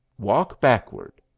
walk backward.